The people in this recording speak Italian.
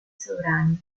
sovrani